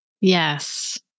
Yes